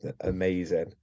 Amazing